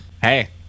Hey